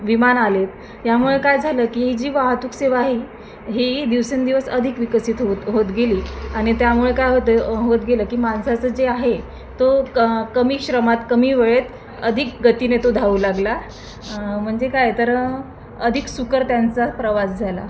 विमान आले आहेत यामुळं काय झालं की ही जी वाहतूक सेवा आहे ही दिवसेंदिवस अधिक विकसित होत होत गेली आणि त्यामुळे काय होतं आहे होत गेलं की माणसाचं जे आहे तो क कमी श्रमात कमी वेळेत अधिक गतीने तो धावू लागला म्हणजे काय तर अधिक सुकर त्यांचा प्रवास झाला